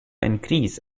increase